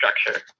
structure